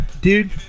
dude